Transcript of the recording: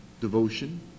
devotion